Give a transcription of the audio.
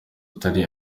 atari